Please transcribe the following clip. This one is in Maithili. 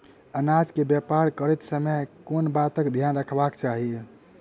अनाज केँ व्यापार करैत समय केँ बातक ध्यान रखबाक चाहि?